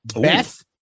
beth